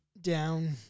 down